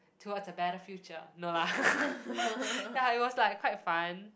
towards the better future no lah ya it was like quite fun